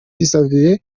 xavier